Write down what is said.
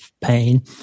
pain